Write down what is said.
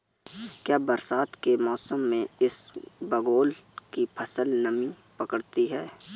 क्या बरसात के मौसम में इसबगोल की फसल नमी पकड़ती है?